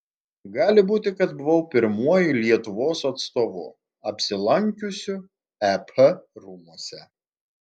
gali būti kad buvau pirmuoju lietuvos atstovu apsilankiusiu ep rūmuose